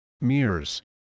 mirrors